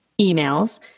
emails